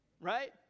Right